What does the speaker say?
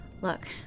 Look